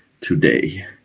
today